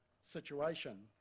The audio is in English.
situation